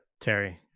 Terry